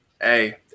Hey